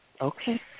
Okay